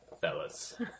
fellas